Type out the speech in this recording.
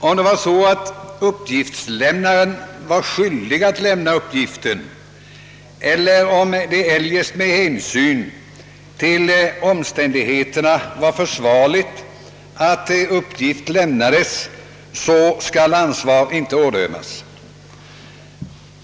Om uppgiftslämnaren var skyldig att lämna uppgiften eller om det eljest med hänsyn till omständigheterna var försvarligt att uppgift lämnades skall ansvar inte ådömas.